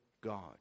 god